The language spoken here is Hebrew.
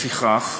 לפיכך,